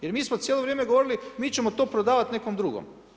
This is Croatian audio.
Jer mi smo cijelo vrijeme govorili, mi ćemo to prodavati nekom drugom.